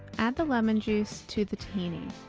add the lemon juice to the tahini,